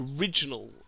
original